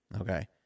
okay